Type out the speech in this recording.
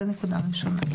זאת נקודה ראשונה.